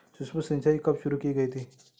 सूक्ष्म सिंचाई कब शुरू की गई थी?